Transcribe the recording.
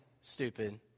stupid